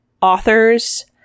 author's